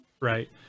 Right